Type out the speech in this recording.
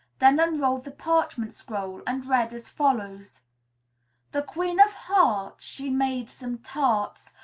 then unrolled the parchment-scroll and read as follows the queen of hearts, she made some tarts,